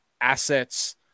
assets